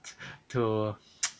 to